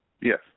Yes